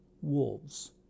wolves